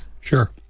Sure